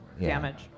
damage